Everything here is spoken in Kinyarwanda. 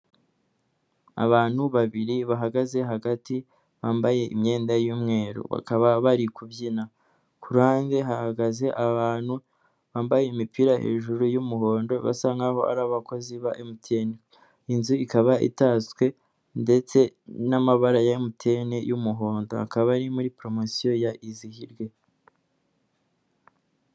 Abantu babiri bahagaze hagati bambaye imyenda y'umweru bakaba bari kubyina, ku ruhande hahagaze abantu bambaye imipira hejuru y'umuhondo basa nkaho ari abakozi ba emutiyene, inzu ikaba itatswe ndetse n'amabara ya emutiyene y'umuhondo akaba ari muri poromosiyo ya izihirwe.